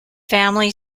family